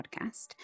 podcast